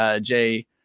Jay